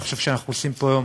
אני חושב שאנחנו עושים פה היום